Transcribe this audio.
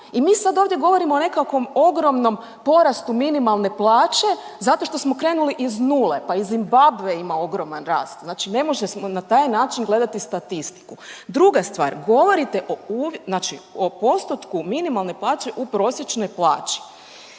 i mi sad ovdje govorimo o nekakvom ogromnom porastu minimalne plaće zato što smo krenuli iz nule. Pa i Zimbabve ima ogroman rast, znači ne možemo na taj način gledati statistiku. Druga stvar, govorite znači o postotku minimalne plaće u prosječnoj plaći.